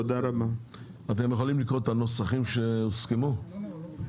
אתם יכולים לקרוא את הנוסח שהוסכם בנושאים האלה?